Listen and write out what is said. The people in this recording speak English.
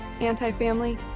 anti-family